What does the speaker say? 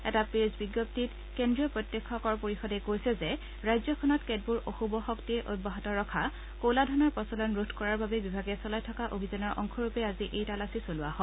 এটা প্ৰেছ বিবৃতিত কেন্দ্ৰীয় প্ৰতাক্ষ কৰ পৰিষদে কৈছে যে ৰাজ্যখনত কেতবোৰ অশুভ শক্তিয়ে অব্যাহত ৰখা কলা ধনৰ প্ৰচলন ৰোধ কৰাৰ বাবে বিভাগে চলাই থকা অভিযানৰ অংশৰূপে আজি এই তালাচী চলোৱা হয়